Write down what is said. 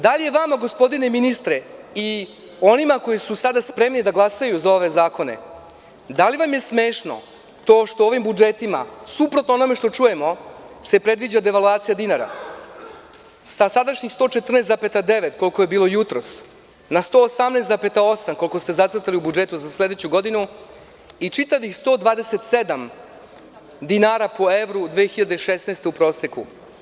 Da li je vama, gospodine ministre i onima koji su sada spremni da glasaju za ove zakone, smešno to što se ovim budžetima, suprotno onome što čujemo, predviđa devalvacija dinara sa sadašnjih 114,9, koliko je bilo jutros, na 118,8 koliko ste zacrtali u budžetu za sledeću godinu i čitavih 127 dinara po evru u 2016. godine u proseku.